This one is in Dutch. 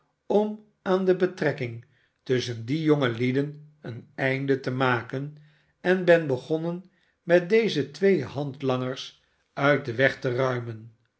om aan de betrekking tusschen die jonge lieden een einde te maken en ben begonnen met deze twee handlangers uit den weg te ruimen